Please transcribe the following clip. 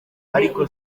ariko